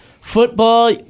football